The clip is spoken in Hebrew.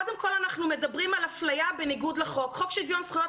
קודם כל אנחנו מדברים על אפליה בניגוד לחוק שיוון זכויות